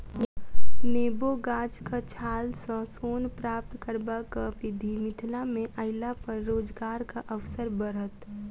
नेबो गाछक छाल सॅ सोन प्राप्त करबाक विधि मिथिला मे अयलापर रोजगारक अवसर बढ़त